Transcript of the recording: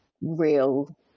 real